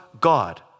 God